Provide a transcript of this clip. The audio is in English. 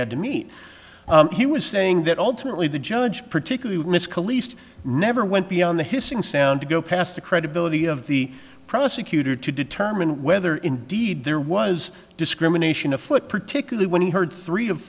had to meet he was saying that ultimately the judge particularly in this collegial never went beyond the hissing sound to go past the credibility of the prosecutor to determine whether indeed there was discrimination afoot particularly when he heard three of